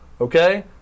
Okay